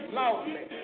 loudly